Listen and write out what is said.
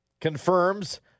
confirms